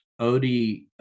Odie